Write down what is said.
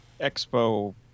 expo